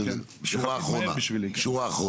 אז שורה אחרונה.